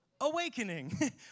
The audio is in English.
awakening